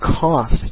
cost